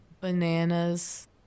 bananas